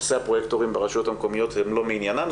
נושא הפרוייקטורים ברשויות המקומיות הוא לא מעניינם,